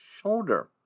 shoulder